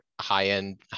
high-end